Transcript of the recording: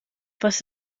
was